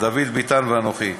דוד ביטן ואנוכי.